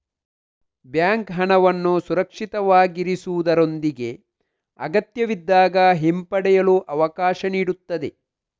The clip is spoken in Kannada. ಬ್ಯಾಂಕ್ ಹಣವನ್ನು ಸುರಕ್ಷಿತವಾಗಿರಿಸುವುದರೊಂದಿಗೆ ಅಗತ್ಯವಿದ್ದಾಗ ಹಿಂಪಡೆಯಲು ಅವಕಾಶ ನೀಡುತ್ತದೆ